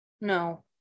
No